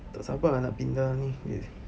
tak sabar ah nak pindah ni